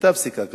היתה פסיקה כזאת.